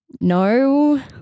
no